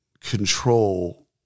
control